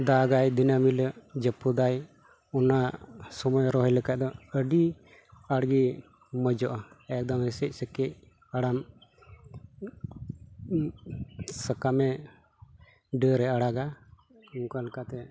ᱫᱟᱜᱟᱭ ᱫᱤᱱᱟᱹᱢ ᱦᱤᱞᱳᱜ ᱡᱟᱹᱯᱩᱫᱟᱭ ᱚᱱᱟ ᱥᱚᱢᱚᱭ ᱨᱚᱦᱚᱭ ᱞᱮᱠᱷᱟᱱ ᱫᱚ ᱟᱹᱰᱤ ᱪᱟᱲᱜᱮ ᱢᱚᱡᱚᱜᱼᱟ ᱮᱠᱫᱚᱢ ᱦᱮᱥᱮᱪ ᱥᱮᱠᱮᱡ ᱟᱲᱟᱢ ᱥᱟᱠᱟᱢᱮ ᱰᱟᱹᱨ ᱮ ᱟᱲᱟᱜᱟ ᱚᱱᱠᱟ ᱞᱮᱠᱟᱛᱮ